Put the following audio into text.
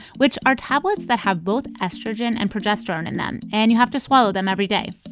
which are tablets that have both estrogen and progesterone in them, and you have to swallow them every day.